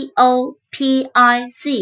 Topic